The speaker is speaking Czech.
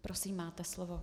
Prosím, máte slovo.